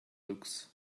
looks